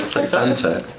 like santa.